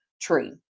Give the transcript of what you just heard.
tree